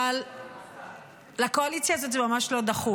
אבל לקואליציה הזאת זה ממש לא דחוף.